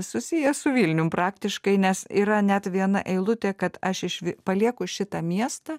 susiję su vilnium praktiškai nes yra net viena eilutė kad aš išvi palieku šitą miestą